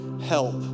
help